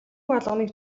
болгоныг